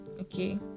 Okay